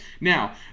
Now